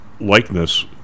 likeness